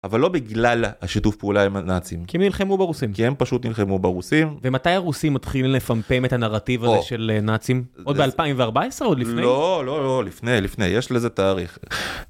אבל לא בגלל השיתוף פעולה עם הנאצים, כי הם נלחמו ברוסים, כי הם פשוט נלחמו ברוסים. ומתי הרוסים מתחילים לפמפם את הנרטיב הזה של נאצים, עוד ב2014? עוד לפני? לא, לא, לפני, לפני, יש לזה תאריך.